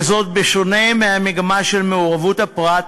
וזאת בשונה מהמגמה של מעורבות הפרט